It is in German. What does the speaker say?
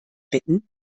bitten